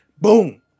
Boom